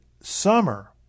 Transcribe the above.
summer